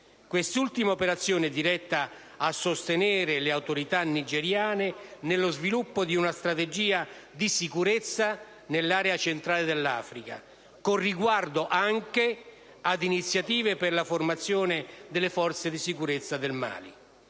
Quest'ultima operazione è diretta a sostenere le autorità nigeriane nello sviluppo di una strategia di sicurezza nell'area centrale dell'Africa, con riguardo anche ad iniziative per la formazione delle forze di sicurezza del Mali.